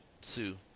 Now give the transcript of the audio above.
Sue